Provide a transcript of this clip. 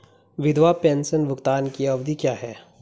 विधवा पेंशन भुगतान की अवधि क्या है?